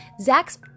Zach's